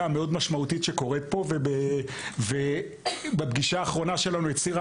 המאוד משמעותית שקורית פה ובפגישה האחרונה שלנו היא הצהירה